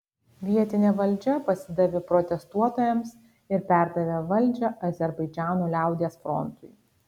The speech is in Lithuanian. vietinė valdžia pasidavė protestuotojams ir perdavė valdžią azerbaidžano liaudies frontui